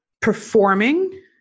performing